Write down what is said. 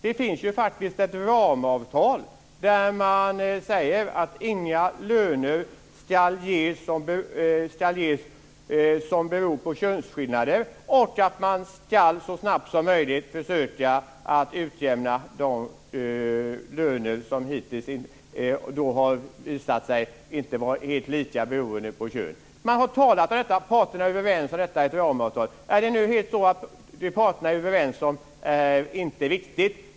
Det finns ju faktiskt ett ramavtal där man säger att inga löner ska ges som beror på könsskillnader och att man så snabbt som möjligt ska försöka att utjämna de löner som hittills har visat sig inte vara helt lika beroende på kön. Man har talat om detta, och parterna är överens om detta i ett ramavtal. Är det nu så att det som parterna är överens om inte är riktigt?